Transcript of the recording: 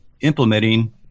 implementing